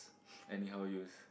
anyhow use